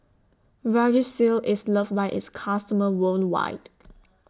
Vagisil IS loved By its customers worldwide